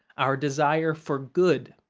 our desire for good.